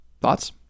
Thoughts